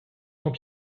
tant